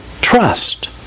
trust